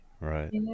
Right